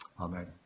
Amen